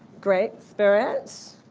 great, spirit.